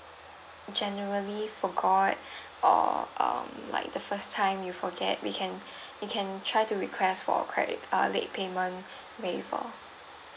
genuinely forgot or um like the first time you forget we can you can try to request for credit uh late payment waived off